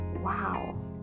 wow